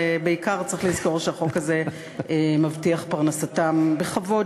בעיקר צריך לזכור שהחוק הזה מבטיח פרנסתם בכבוד,